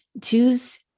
Twos